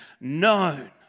known